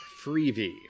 Freebie